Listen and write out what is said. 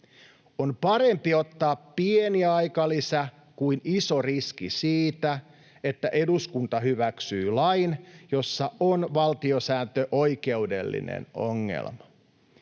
On parempi ottaa pieni aikalisä kuin iso riski siitä, että eduskunta hyväksyy lain, jossa on valtiosääntöoikeudellinen ongelma.